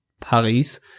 Paris